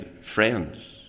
friends